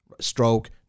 stroke